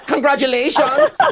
Congratulations